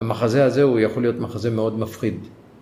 המחזה הזה הוא יכול להיות מחזה מאוד מפחיד